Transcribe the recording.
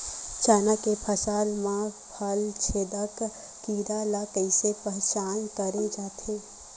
चना के फसल म फल छेदक कीरा ल कइसे पहचान करे जाथे?